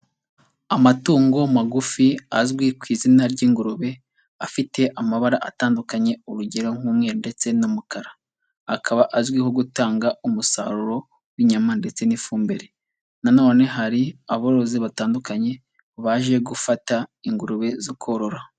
Amatungo magufi azwi ku izina ry'ingurube afite amabara atandukanye urugero nk'umweru ndetse n'umukara, akaba azwiho gutanga umusaruro w'inyama ndetse n'ifumbire, na none hari aborozi batandukanye baje gufata ingurube zo korora.